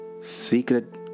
Secret